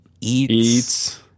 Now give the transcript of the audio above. eats